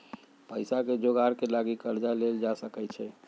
पइसाके जोगार के लागी कर्जा लेल जा सकइ छै